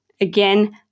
Again